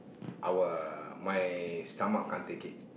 our my stomach can't take it